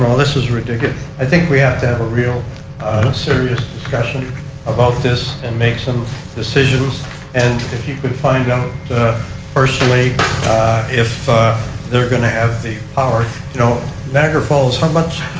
um this is ridiculous. i think we have to have a real serious discussion about this and make some decisions and if you could find out personally if they're going to have the power you know niagra falls, how much